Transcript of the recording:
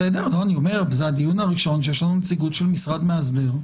זה הדיון הראשון שיש לנו נציגות של משרד מאסדר.